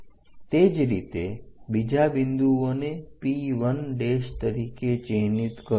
તે જ રીતે બીજા બિન્દુઓને P 1 તરીકે ચિહ્નિત કરો